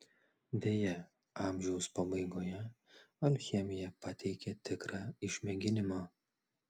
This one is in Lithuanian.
deja amžiaus pabaigoje alchemija pateikė tikrą išmėginimą